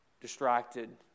distracted